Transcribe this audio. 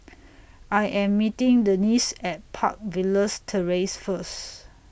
I Am meeting Dennis At Park Villas Terrace First